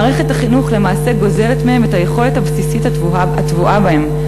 מערכת החינוך למעשה גוזלת מהם את היכולת הבסיסית הטבועה בהם,